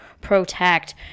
protect